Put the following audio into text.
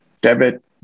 debit